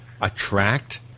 attract